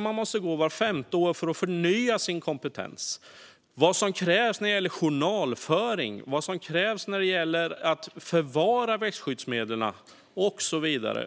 man måste gå kurser vart femte år för att förnya sin kompetens. Se vad som krävs när det gäller journalföring, när det gäller att förvara växtskyddsmedlen och så vidare.